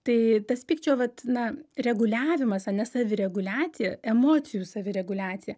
tai tas pykčio vat na reguliavimas ane savireguliacija emocijų savireguliacija